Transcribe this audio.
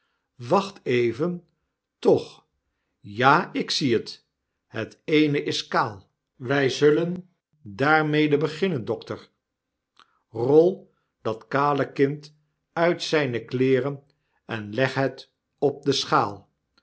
wacht even toch ja ik zie het het eene is kaal wy zullen daarmede beginnen dokter rol dat kale kind uit zyne kleeren en leg het op de schaal